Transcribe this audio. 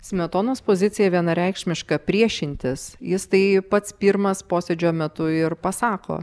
smetonos pozicija vienareikšmiška priešintis jis tai pats pirmas posėdžio metu ir pasako